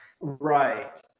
Right